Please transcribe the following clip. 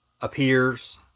appears